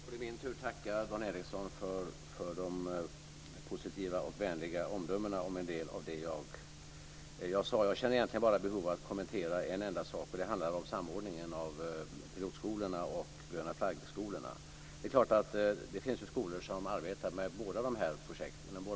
Fru talman! Då är det min tur att tacka Dan Ericsson för de positiva och vänliga omdömena om en del av det som jag sade. Jag känner egentligen bara behov av att kommentera en enda sak, och det handlar om samordningen av pilotskolorna och Gröna Flaggskolorna. Det är klart att det finns skolor som arbetar med båda dessa projekt.